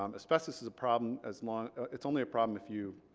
um asbestos is a problem as long it's only a problem if you